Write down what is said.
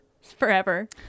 forever